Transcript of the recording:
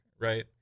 right